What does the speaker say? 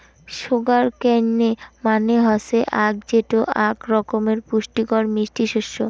sugar cane মানে হসে আখ যেটো আক ধরণের পুষ্টিকর মিষ্টি শস্য